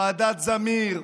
ועדת זמיר,